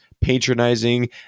patronizing